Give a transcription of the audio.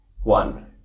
one